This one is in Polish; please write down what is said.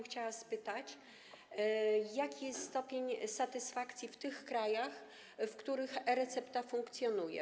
Chciałabym spytać, jaki jest stopień satysfakcji w tych krajach, w których e-recepta funkcjonuje.